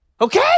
Okay